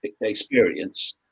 experience